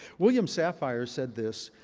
william safire said this.